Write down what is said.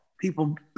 people